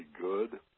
good